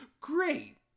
great